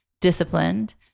disciplined